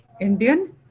Indian